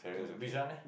Bishan eh